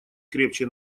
крепче